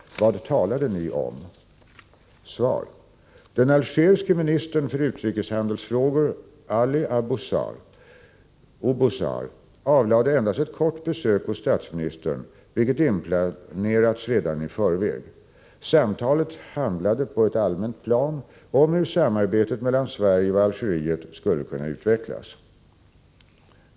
Vad talade ni om? Svar: Den algeriske ministern för utrikeshandelsfrågor Ali Oubouzar avlade endast ett kort besök hos statsministern, vilket inplanerats redan i förväg. Samtalet handlade på ett allmänt plan om hur samarbetet mellan Sverige och Algeriet skulle kunna utvecklas.